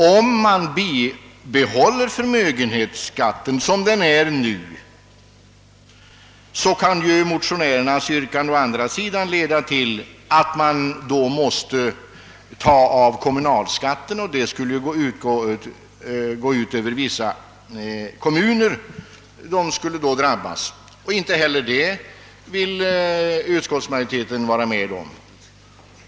Om man bibehåller den nuvarande förmögenhetsskatten skulle motionärernas yrkande leda till att man måste ta av kommunalskatten, och då skulle vissa kommuner drabbas. Inte heller det vill utskottsmajoriteten vara med om.